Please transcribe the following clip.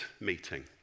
meeting